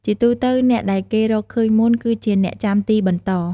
ជាទូទៅ អ្នកដែលគេរកឃើញមុន គឺជាអ្នកចាំទីបន្ត។